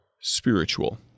spiritual